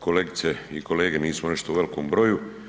Kolegice i kolege, nismo još tu u velikom broju.